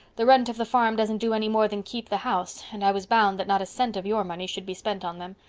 the rent of the farm doesn't do any more than keep the house and i was bound that not a cent of your money should be spent on them.